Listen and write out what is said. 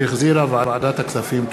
שהחזירה ועדת הכספים.